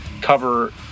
cover